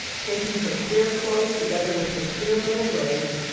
taking her queer clothes together with her queer little ways,